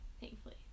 Thankfully